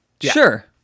sure